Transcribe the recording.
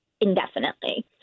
indefinitely